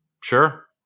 Sure